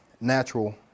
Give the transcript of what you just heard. natural